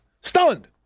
Stunned